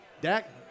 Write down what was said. Dak